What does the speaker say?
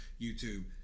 YouTube